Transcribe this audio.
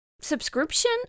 subscription